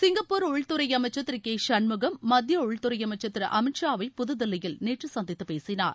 Singapore உள்துறை அமைச்சர் Thiru K Shanmugam மத்திய உள்துறை அமைச்சர் திரு அமித் ஷா வை புதுதில்லியில் நேற்று சந்தித்துப் பேசினார்